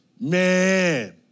Man